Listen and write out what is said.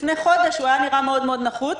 לפני חודש הוא היה נראה מאוד-מאוד נחוץ,